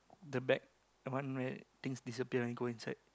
the black one where things disappear when go inside